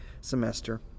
semester